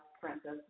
princess